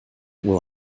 will